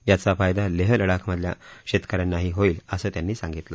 याचा फायदा लेह लडाखमधल्या शेतक यांनाही होईल असं त्यांनी सांगितलं